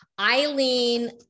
Eileen